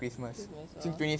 christmas oh